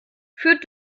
führt